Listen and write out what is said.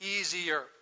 easier